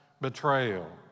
betrayal